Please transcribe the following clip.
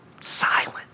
Silent